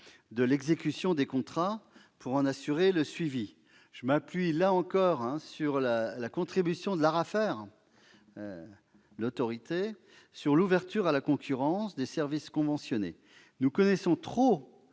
de l'exécution des contrats pour en assurer le suivi. Je m'appuie, là encore, sur la contribution de l'ARAFER sur l'ouverture à la concurrence des services conventionnés. Nous connaissons trop